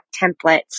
templates